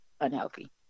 unhealthy